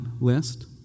list